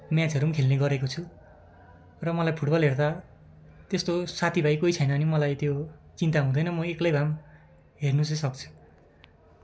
म्याचहरू पनि खेल्ने गरेको छु र मलाई फुटबल हेर्दा त्यस्तो साथीभाइ कोही छैन भने मलाई त्यो चिन्ता हुँदैन म एक्लै भए पनि हेर्नु चाहिँ सक्छु